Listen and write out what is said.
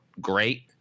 great